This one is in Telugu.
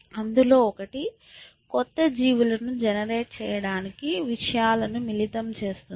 అందులో ఒకటి కొత్త జీవులను జెనెరేట్ చేయడానికి విషయాలను మిళితం చేస్తుంది